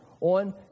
on